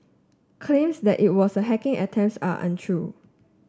claims that it was hacking attempts are untrue